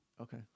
Okay